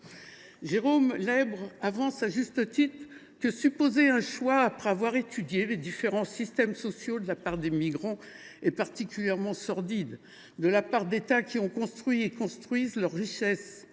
Jérôme Lèbre avance, à juste titre, que supposer un choix après avoir étudié les différents « systèmes sociaux de la part des migrants apparaît particulièrement sordide de la part d’États qui ont construit et construisent leur richesse